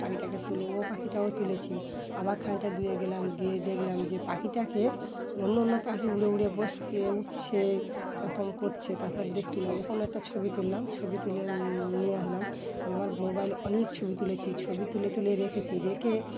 পাখিটাকে তুলে ও পাখিটাও তুলেছি আবার খানিকটা দুয়ে গেলাম গিয়ে দেখলাম যে পাখিটাকে অন্য অন্য পাখি উড়ে উড়ে বসছে উঠছে এরকম করছে তারপর দেখছিলাম ওখনও একটা ছবি তুললাম ছবি তুলে নিয়ে আসলাম মানে আমার মোবাইলে অনেক ছবি তুলেছি ছবি তুলে তুলে রেখেছি রেখে